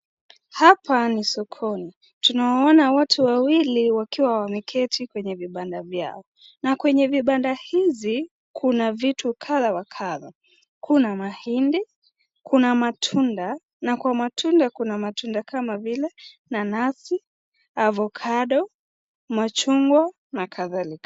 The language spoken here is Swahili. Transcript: Hapa ni sokoni, tunawaona watu wawili wakiwa wameketi kwenye vibanda vyao na kwenye vibanda hizi kuna vitu kadha wa kadha kuna mahindi, kuna matunda, na kwa matunda kuna matunda kama vile nanasi, avocado , machungwa na kadhalika.